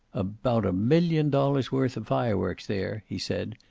about a million dollars' worth of fireworks there, he said,